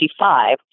1955